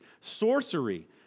sorcery